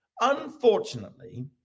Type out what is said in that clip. Unfortunately